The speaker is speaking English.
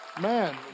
Man